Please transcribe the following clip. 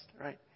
right